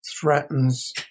threatens